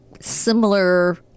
similar